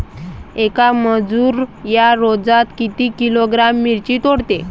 येक मजूर या रोजात किती किलोग्रॅम मिरची तोडते?